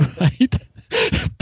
right